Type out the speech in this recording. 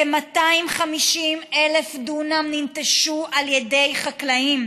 כ-250,000 דונם ננטשו על ידי חקלאים.